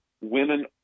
Women